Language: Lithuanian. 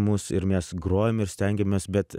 mus ir mes grojam ir stengiamės bet